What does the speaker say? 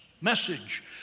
Message